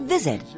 Visit